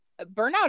burnout